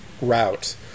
route